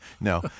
no